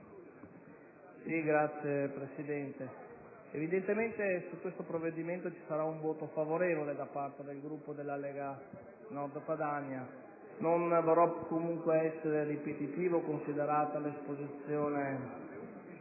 Signor Presidente, evidentemente su questo provvedimento ci sarà un voto favorevole dal parte del Gruppo della Lega Nord Padania. Non voglio comunque essere ripetitivo, considerata l'esposizione